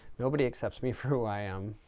nobody accepts me for who i am.